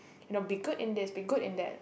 you know be good in this be good in that